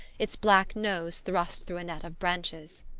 its black nose thrust through a net of branches.